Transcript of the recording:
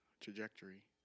trajectory